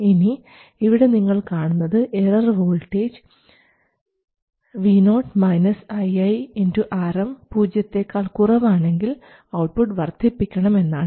ഇനി ഇവിടെ നിങ്ങൾ കാണുന്നത് error voltage Vo ii Rm പൂജ്യത്തെക്കാൾ കുറവാണെങ്കിൽ ഔട്ട്പുട്ട് വർദ്ധിപ്പിക്കണം എന്നാണ്